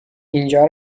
اینجا